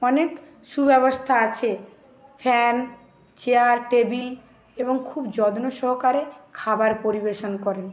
অনেক সুব্যবস্থা আছে ফ্যান চেয়ার টেবিল এবং খুব যত্ন সহকারে খাবার পরিবেশন করেন